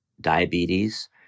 diabetes